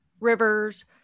rivers